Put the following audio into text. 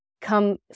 come